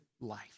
life